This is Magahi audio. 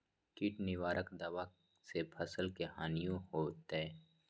किट निवारक दावा से फसल के हानियों होतै?